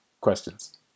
questions